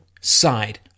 side